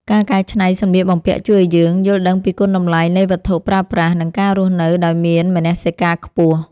ការកែច្នៃសម្លៀកបំពាក់ជួយឱ្យយើងយល់ដឹងពីគុណតម្លៃនៃវត្ថុប្រើប្រាស់ និងការរស់នៅដោយមានមនសិការខ្ពស់។